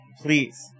Please